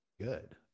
good